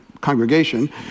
congregation